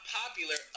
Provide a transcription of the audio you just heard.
popular